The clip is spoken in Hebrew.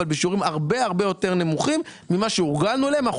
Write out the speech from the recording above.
אבל בשיעורים הרבה יותר נמוכים ממה שהורגלנו אליהם.